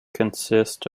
consists